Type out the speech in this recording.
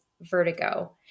vertigo